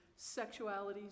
sexualities